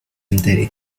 entere